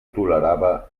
tolerava